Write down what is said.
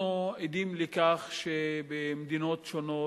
אנחנו עדים לכך שבמדינות שונות,